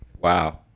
Wow